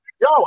Yo